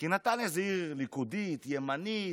כי נתניה זו עיר ליכודית, ימנית.